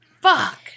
Fuck